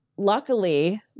Luckily